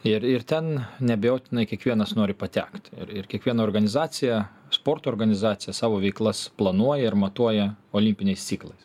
ir ir ten neabejotinai kiekvienas nori patekt ir ir kiekviena organizacija sporto organizacija savo veiklas planuoja ir matuoja olimpiniais ciklais